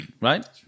right